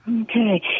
Okay